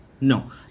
No